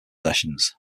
possessions